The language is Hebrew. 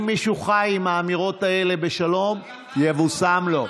אם מישהו חי עם האמירות האלה בשלום, יבושם לו.